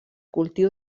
cultiu